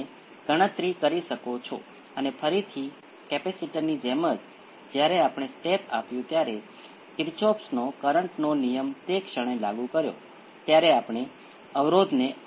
અહીં જે આઉટપુટ પ્રથમ ઓર્ડર સિસ્ટમનો નેચરલ રિસ્પોન્સ છે તે એક્સ્પોનેંસિયલ p 1 t છે કારણ કે p 2 એ p 1 જેવું જ છે